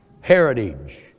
heritage